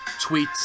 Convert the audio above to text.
tweets